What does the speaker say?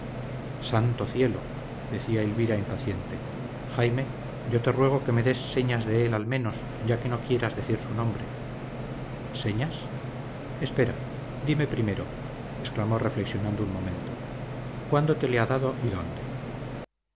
santo cielo decía elvira impaciente jaime yo te ruego que me des señas de él al menos ya que no quieras decir su nombre señas espera dime primero exclamó reflexionando un momento cuándo te le ha dado y dónde